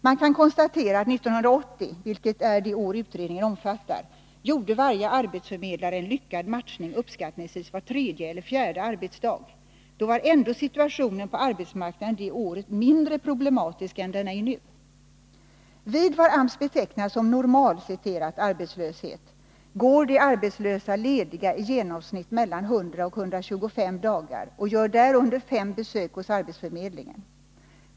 Man kan konstatera att varje arbetsförmedlare under 1980, vilket är det år som utredningen omfattar, gjorde en lyckad matchning uppskattningsvis var tredje eller var fjärde arbetsdag. Det året var ändå situationen på arbetsmarknaden mindre problematisk än den är nu. Vid vad AMS betecknar såsom ”normal” arbetslöshet går de arbetslösa lediga i genomsnitt mellan 100 och 125 dagar och gör därunder fem besök hos arbetsförmedlingen.